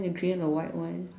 green or the white one